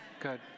Good